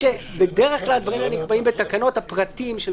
בדרך כלל הדברים האלה נקבעים בתקנות, הפרטים.